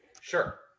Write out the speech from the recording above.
Sure